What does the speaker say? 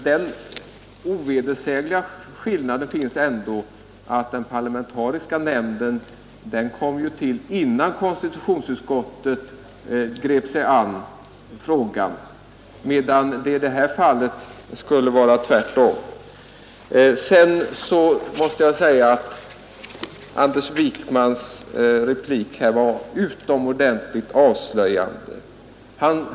Den ovedersägliga skillnaden finns ändå att den parlamentariska nämnden i Wennerströmaffären kom till innan konstitutionsutskottet på allvar grep sig an frågan, medan det i detta fall skulle bli tvärtom. Jag måste säga att herr Wijkmans replik var utomordentligt avslöjande.